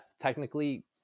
technically